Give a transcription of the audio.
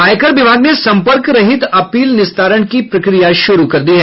आयकर विभाग ने संपर्क रहित अपील निस्तारण की प्रक्रिया शुरु कर दी है